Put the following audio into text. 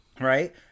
right